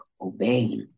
obeying